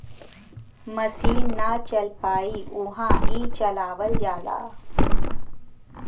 मसीन ना चल पाई उहा ई चलावल जाला